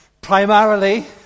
primarily